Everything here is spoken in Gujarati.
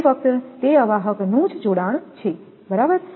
તે ફક્ત તે અવાહક નું જ જોડાણ છે બરાબર